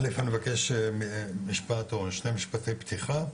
א' אני אבקש משפט או שני משפטי פתיחה,